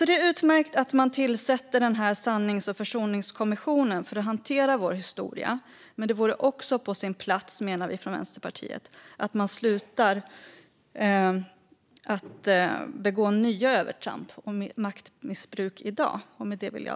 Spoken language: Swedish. Det är utmärkt att man tillsätter en sannings och försoningskommission för att hantera vår historia, men det vore också på sin plats, menar vi från Vänsterpartiet, att sluta att begå nya övertramp och utöva maktmissbruk i dag.